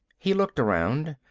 he looked around.